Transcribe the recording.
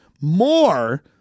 more